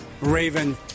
Raven